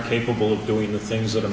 capable of doing the things that